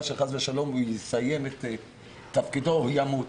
שחס ושלום הוא יסיים את תפקידו וימות.